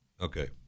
Okay